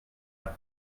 are